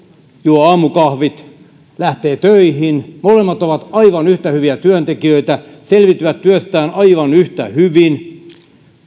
juo aamukahvit lähtee töihin molemmat ovat aivan yhtä hyviä työntekijöitä selviytyvät työstään aivan yhtä hyvin he